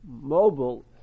mobile